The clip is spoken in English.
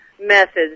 Methods